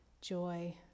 joy